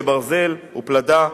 כברזל ופלדה,